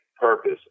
purpose